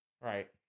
Right